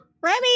remy